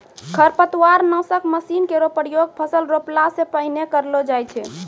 खरपतवार नासक मसीन केरो प्रयोग फसल रोपला सें पहिने करलो जाय छै